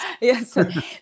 yes